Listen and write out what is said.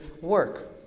work